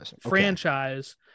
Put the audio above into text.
franchise